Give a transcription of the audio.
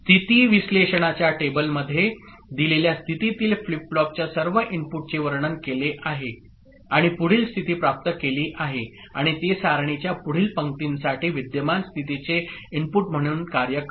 स्थिती विश्लेषणाच्या टेबलमध्ये दिलेल्या स्थितीतील फ्लिप फ्लॉपच्या सर्व इनपुटचे वर्णन केले आहे आणि पुढील स्थिती प्राप्त केली आहे आणि ते सारणीच्या पुढील पंक्तीसाठी विद्यमान स्थितीचे इनपुट म्हणून कार्य करते